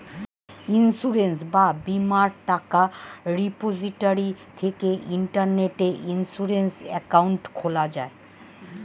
insurance বা বীমার টাকা রিপোজিটরি থেকে ইন্টারনেটে ইন্সুরেন্স অ্যাকাউন্ট খোলা যায়